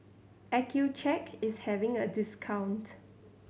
accucheck is having a discount